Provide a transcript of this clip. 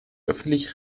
öffentlich